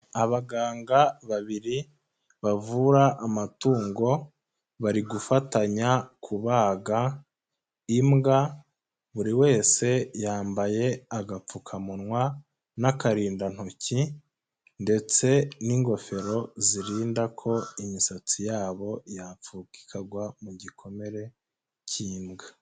Abaganga babiri bavura amatungo, bari gufatanya kubaga imbwa buri wese yambaye agapfukamunwa n'akarindantoki ndetse n'ingofero zirinda ko imisatsi yabo yapfuka ikagwa mu gikomere cy'imbwa.